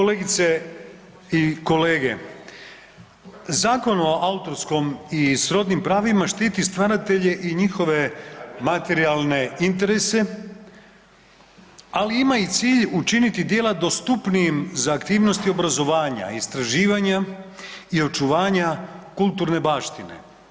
Kolegice i kolege, Zakon o autorskom i srodnim prvima štiti stvaratelje i njihove materijalne interese ali ima i cilj učiniti djela dostupnijim za aktivnosti obrazovanja, istraživanja i očuvanja kulturne baštine.